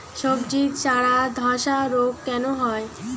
সবজির চারা ধ্বসা রোগ কেন হয়?